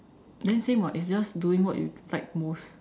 then same [what] it's just doing what you like most